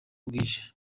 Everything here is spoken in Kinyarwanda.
bwije